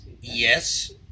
Yes